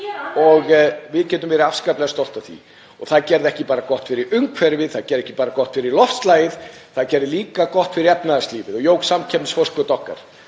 og við getum verið afskaplega stolt af því og það gerði ekki bara gott fyrir umhverfið. Það gerði ekki bara gott fyrir loftslagið. Það gerðu líka gott fyrir efnahagslífið og jók samkeppnisforskot okkar